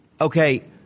Okay